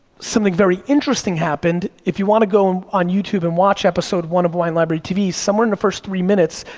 something very interesting happened, if you wanna go and on youtube and watch episode one of wine library tv, somewhere in the first three minutes,